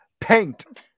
Paint